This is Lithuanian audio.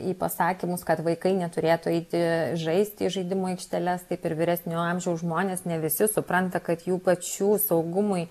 į pasakymus kad vaikai neturėtų eiti žaisti į žaidimų aikšteles taip ir vyresnio amžiaus žmonės ne visi supranta kad jų pačių saugumui